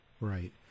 Right